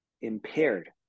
impaired